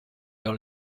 all